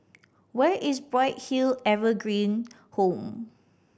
where is Bright Hill Evergreen Home